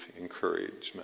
encouragement